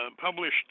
published